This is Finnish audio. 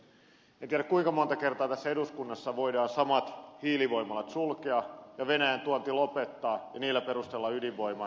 en tiedä kuinka monta kertaa tässä eduskunnassa voidaan samat hiilivoimalat sulkea ja venäjän tuonti lopettaa ja niillä perustella ydinvoiman lisärakentamista